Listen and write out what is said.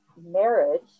marriage